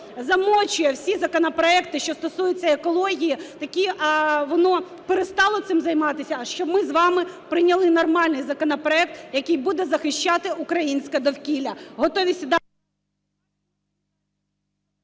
"замочує" всі законопроекти, що стосуються екології, таки воно перестало цим займатися, щоб ми з вами прийняли з вами прийняли нормальний законопроект, який буде захищати українське довкілля.